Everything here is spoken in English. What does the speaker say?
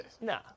Nah